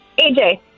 AJ